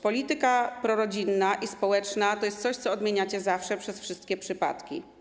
Polityka prorodzinna i społeczna to jest coś, co odmieniacie zawsze przez wszystkie przypadki.